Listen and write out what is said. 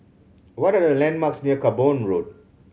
what are the landmarks near Camborne Road